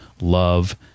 love